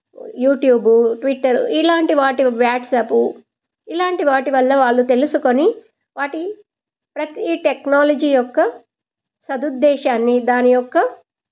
YouTube Twitter ఇలాంటి వాటి WhatsApp ఇలాంటి వాటి వల్ల వాళ్ళు తెలుసుకొని వాటి ప్రతీ టెక్నాలజీ యొక్క సదుద్దేశాన్ని దాని యొక్క